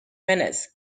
minutes